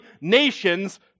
nations